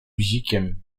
bzikiem